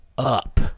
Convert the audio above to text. up